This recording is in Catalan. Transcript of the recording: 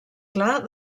clar